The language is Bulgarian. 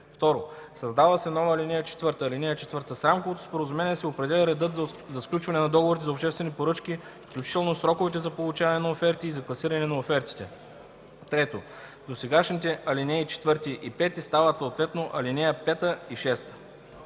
2. Създава се нова ал. 4: „(4) С рамковото споразумение се определя редът за сключване на договорите за обществени поръчки, включително сроковете за получаване на оферти и за класиране на офертите.” 3. Досегашните ал. 4 и 5 стават съответно ал. 5 и 6.”